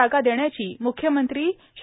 जागा देण्याची म्रख्यमंत्री श्री